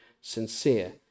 sincere